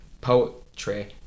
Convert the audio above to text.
poetry